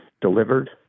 delivered